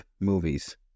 movies